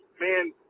man